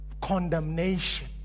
condemnation